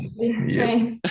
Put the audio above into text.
Thanks